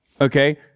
okay